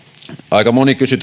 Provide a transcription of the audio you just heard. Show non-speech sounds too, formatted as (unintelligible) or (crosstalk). aika moni kysyi (unintelligible)